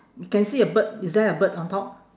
can see a bird is there a bird on top